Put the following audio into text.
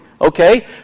Okay